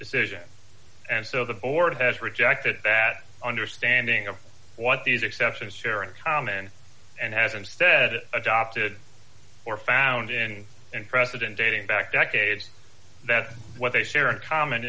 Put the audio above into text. decision and so the order has rejected that understanding of what these exceptions share in common and has instead it adopted or found in and president dating back decades that what they share in common